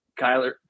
Kyler